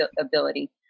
ability